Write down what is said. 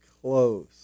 close